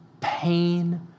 pain